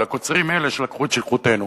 אלא קוצרים אלה שלקחו את שליחותנו,